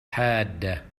حادة